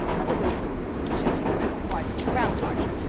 other than some shifting around like around the margins.